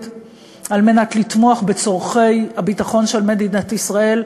על מנת לתמוך בצורכי הביטחון של מדינת ישראל,